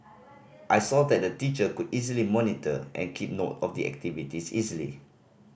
I saw that the teacher could easily monitor and keep note of the activities easily